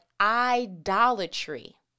idolatry